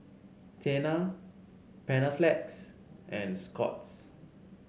Tena Panaflex and Scott's